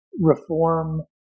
reform